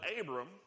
Abram